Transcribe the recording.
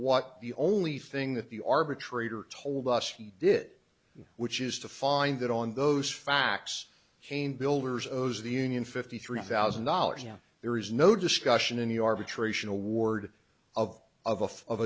what the only thing that the arbitrator told us he did which is to find that on those facts came builders of those the union fifty three thousand dollars now there is no discussion in the arbitration award of of